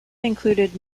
included